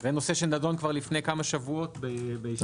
זה נושא שנדון לפני כמה שבועות בישיבה.